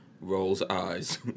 Rolls-Eyes